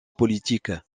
politique